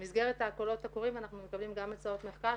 במסגרת הקולות הקוראים אנחנו מקבלים גם הצעות מחקר